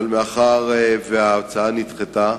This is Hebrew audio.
אבל מאחר שההצעה נדחתה,